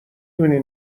دونی